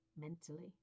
mentally